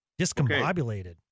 discombobulated